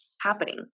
happening